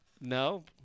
No